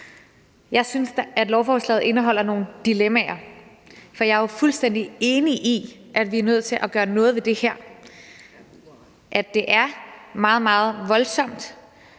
Jeg synes dog, at lovforslaget indeholder nogle dilemmaer. For jeg er jo fuldstændig enig i, at vi er nødt til at gøre noget ved det her, at det er meget, meget voldsomt,